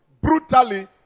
brutally